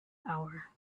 hour